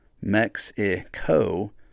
Mexico